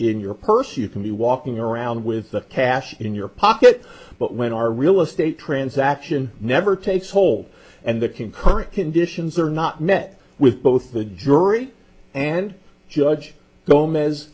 in your purse you can be walking around with the cash in your pocket but when our real estate transaction never takes hold and the concurrent conditions are not met with both the jury and judge